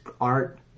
art